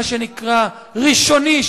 מה שנקרא ראשוני,